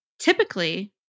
Typically